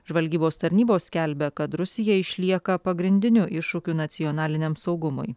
žvalgybos tarnybos skelbia kad rusija išlieka pagrindiniu iššūkiu nacionaliniam saugumui